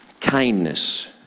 Kindness